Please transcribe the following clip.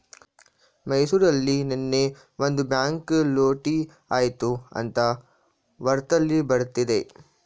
ಮೈಸೂರಲ್ಲಿ ನೆನ್ನೆ ಒಂದು ಬ್ಯಾಂಕ್ ಲೂಟಿ ಆಯ್ತು ಅಂತ ವಾರ್ತೆಲ್ಲಿ ಬರ್ತಿದೆ